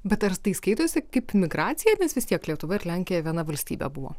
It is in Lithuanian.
bet ar tai skaitosi kaip migracija nes vis tiek lietuva ir lenkija viena valstybė buvo